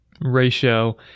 ratio